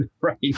right